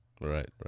right